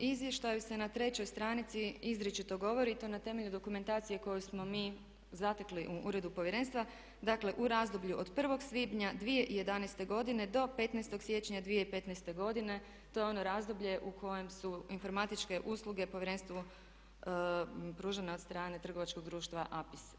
U Izvještaju se na 3. stranici izričito govori i to na temelju dokumentacije koju smo mi zatekli u uredu Povjerenstva, dakle u razdoblju od 1. svibnja 2011. godine do 15. siječnja 2015. godine to je ono razdoblje u kojem su informatičke usluge Povjerenstvu pružene od strane trgovačkog društva APIS.